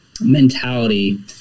mentality